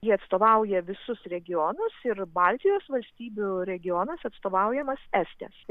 jie atstovauja visus regionus ir baltijos valstybių regionas atstovaujamas estės